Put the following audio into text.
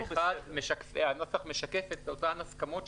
נגיף הקורונה החדש),